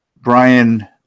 Brian